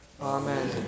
Amen